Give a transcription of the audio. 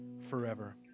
forever